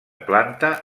planta